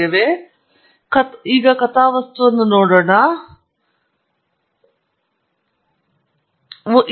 ಮತ್ತು ಕಥಾವಸ್ತುವನ್ನು ನೋಡೋಣ ಮತ್ತು ಅದು ನಿಜವಾಗಿ ಒಂದೇ ಎಂದು ನೀವು ಗಮನಿಸಬೇಕು